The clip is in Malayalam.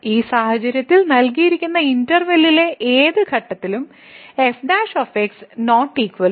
ഈ സാഹചര്യത്തിൽ നൽകിയിരിക്കുന്ന ഇന്റെർവെല്ലിലെ ഏത് ഘട്ടത്തിലും f ≠ 0